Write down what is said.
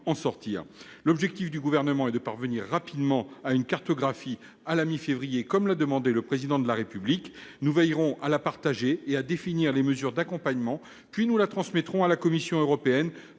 sortir. L'objectif du Gouvernement est de parvenir à une cartographie à la mi-février, comme l'a demandé le Président de la République. Nous veillerons à la partager et à définir les mesures d'accompagnement, puis nous la transmettrons à la Commission européenne pour